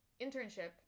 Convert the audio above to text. internship